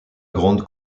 grande